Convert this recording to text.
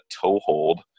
toehold